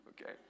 okay